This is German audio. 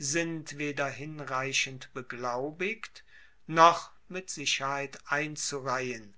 sind weder hinreichend beglaubigt noch mit sicherheit einzureihen